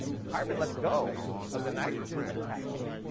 carbon lets go of the nitrogen it's attached to.